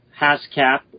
hascap